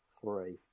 three